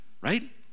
Right